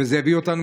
וזה יביא אותנו,